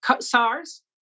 SARS